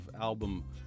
album